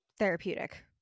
therapeutic